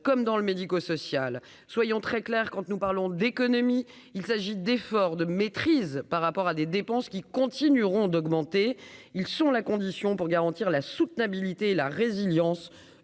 comme dans le médico-social, soyons très clair, quand nous parlons d'économie, il s'agit d'effort de maîtrise par rapport à des dépenses qui continueront d'augmenter, ils sont la condition pour garantir la soutenabilité la résilience